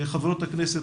חברות הכנסת,